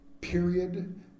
period